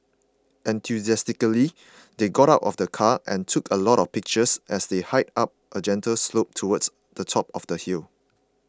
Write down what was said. enthusiastically they got out of the car and took a lot of pictures as they hiked up a gentle slope towards the top of the hill